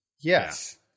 Yes